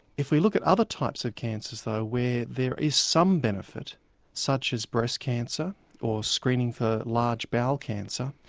if we look at other types of cancers though, where there is some benefit such as breast cancer or screening for large bowel cancer,